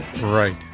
Right